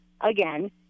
again